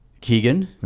Keegan